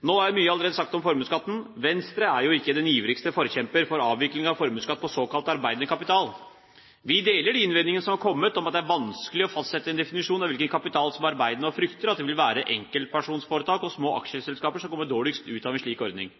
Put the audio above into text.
Nå er mye allerede sagt om formuesskatten. Venstre er jo ikke den ivrigste forkjemper for avvikling av formuesskatt på såkalt arbeidende kapital. Vi deler de innvendingene som har kommet om at det er vanskelig å fastsette en definisjon av hvilken kapital som er arbeidende, og frykter at det vil være enkeltpersonforetak og små aksjeselskaper som kommer dårligst ut av en slik ordning.